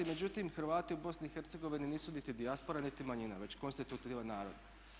Međutim, Hrvati u BiH nisu niti dijaspora niti manjina već konstitutivan narod.